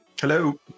Hello